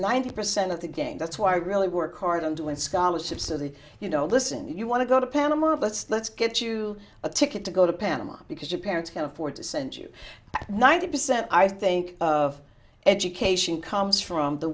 ninety percent of the game that's why i really work hard i'm doing scholarships to the you know listen you want to go to panama but let's get you a ticket to go to panama because your parents can afford to send you that ninety percent i think of education comes from the